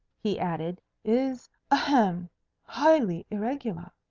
he added, is ahem highly irregular.